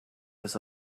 was